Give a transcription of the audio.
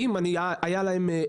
יש לך